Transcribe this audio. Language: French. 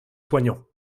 soignants